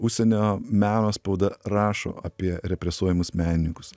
užsienio meno spauda rašo apie represuojamus menininkus